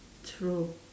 true